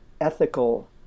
ethical